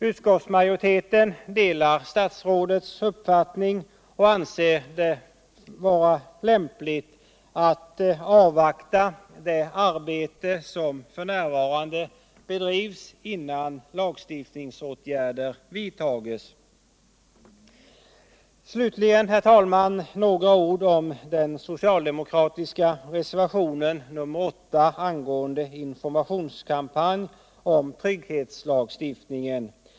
Utskottsmajoriteten detar statsrådets uppfattning och anser det vara Så, herr talman, några ord om den socialdemokratiska reservationen 8 angående informationskampanj om trygghetslagstiftningen.